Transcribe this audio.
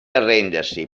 arrendersi